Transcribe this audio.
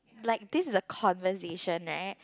like this is a conversation right